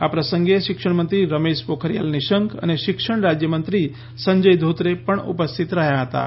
આ પ્રસંગે શિક્ષણમંત્રી રમેશ પોખરિયાલ નિશંક અને શિક્ષણ રાજ્યમંત્રી સંજય ધોત્રે પણ ઉપસ્થિત રહ્યાં હતાં